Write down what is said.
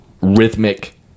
rhythmic